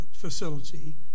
facility